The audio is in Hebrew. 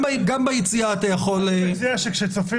גם ביציאה אתה יכול --- אני מציע שכשצופים